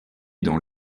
dans